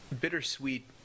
bittersweet